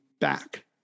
back